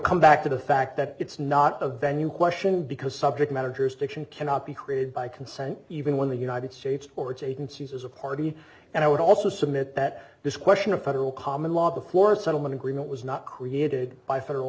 come back to the fact that it's not a venue question because subject matter jurisdiction cannot be created by consent even when the united states or its agencies as a party and i would also submit that this question of federal common law the floor settlement agreement was not created by federal